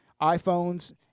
iPhones